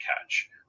catch